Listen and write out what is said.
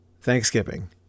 Thanksgiving